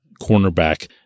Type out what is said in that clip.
cornerback